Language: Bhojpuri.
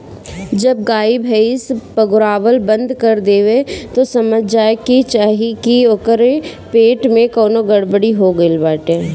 जब गाई भैस पगुरावल बंद कर देवे तअ समझ जाए के चाही की ओकरी पेट में कवनो गड़बड़ी हो गईल बाटे